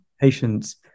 patients